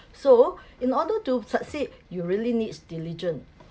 so in order to succeed you really needs diligent